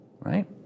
right